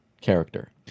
character